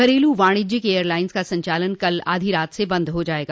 घरेलू वाणिज्यिक एयरलाइन्स का संचालन कल आधी रात से बंद हो जाएगा